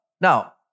Now